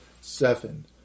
Seven